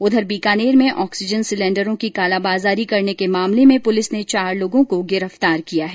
उधर बीकानेर में ऑक्सीजन सिलेण्डरों की कालाबाजारी करने के मामले पुलिस ने चार लोगों को गिरफ्तार किया है